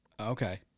Okay